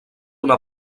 una